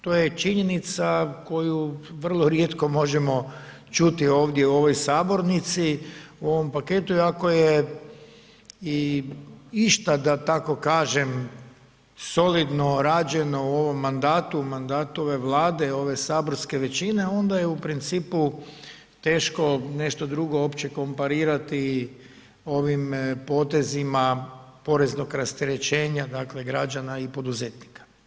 To je činjenica koju vrlo rijetko možemo čuti ovdje u ovoj sabornici, u ovom paketu i ako je išta da tako kažem, solidno rađeno u ovom mandatu, u mandatu ove Vlade ove saborske većine, onda je u principu teško nešto drugo uopće komparirati ovim potezima poreznog rasterećenja, dakle građana i poduzetnika.